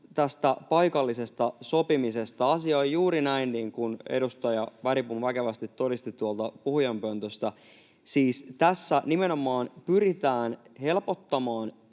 tästä paikallisesta sopimisesta. Asia on juuri näin niin kuin edustaja Bergbom väkevästi todisti tuolta puhujapöntöstä, siis tässä nimenomaan pyritään helpottamaan